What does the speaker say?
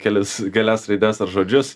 kelis kelias raides ar žodžius